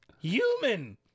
Human